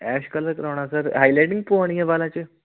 ਐਸ਼ ਕਲਰ ਕਰਾਉਣਾ sir highlighting ਪੁਆਉਣੀ ਹੈ ਵਾਲਾਂ 'ਚ